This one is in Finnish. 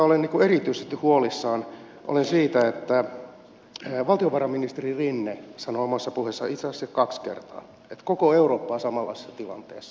olen erityisesti huolissani siitä että valtiovarainministeri rinne sanoo omassa puheessaan itse asiassa kaksi kertaa että koko eurooppa on samanlaisessa tilanteessa